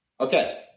Okay